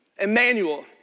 Emmanuel